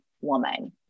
woman